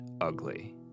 ugly